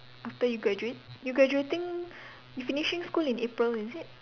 after you graduate you graduating you finishing school in April is it